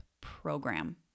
program